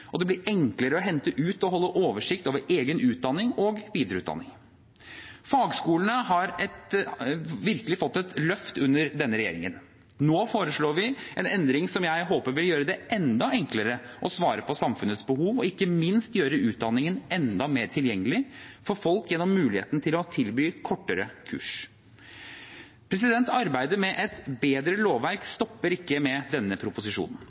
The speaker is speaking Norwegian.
og det blir enklere å hente ut og holde oversikt over egen utdanning og videreutdanning. Fagskolene har virkelig fått et løft under denne regjeringen. Nå foreslår vi en endring som jeg håper vil gjøre det enda enklere å svare på samfunnets behov og ikke minst gjøre utdanningen enda mer tilgjengelig for folk gjennom muligheten til å tilby kortere kurs. Arbeidet med et bedre lovverk stopper ikke med denne proposisjonen.